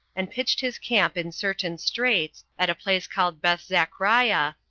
and pitched his camp in certain straits, at a place called bethzachriah,